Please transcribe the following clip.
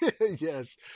Yes